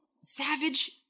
Savage